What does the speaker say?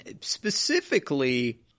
specifically